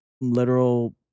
literal